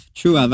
true